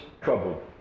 troubled